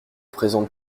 présente